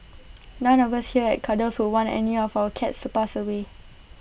none of us here at Cuddles would want any of our cats to pass away